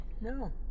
No